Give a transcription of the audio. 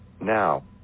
now